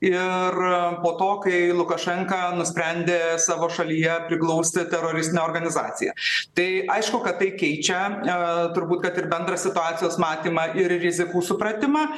ir po to kai lukašenka nusprendė savo šalyje priglausti teroristinę organizaciją tai aišku kad tai keičia aa turbūt kad ir bendrą situacijos matymą ir rizikų supratimą